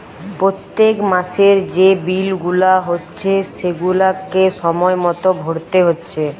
পোত্তেক মাসের যে বিল গুলা হচ্ছে সেগুলাকে সময় মতো ভোরতে হচ্ছে